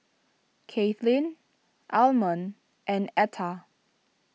Kathlyn Almon and Etta